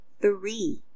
three